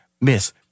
Miss